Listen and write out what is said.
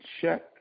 check